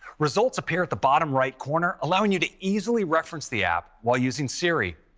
results appear at the bottom right corner, allowing you to easily reference the app while using siri.